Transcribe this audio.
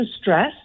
stress